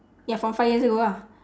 ya from five years ago ah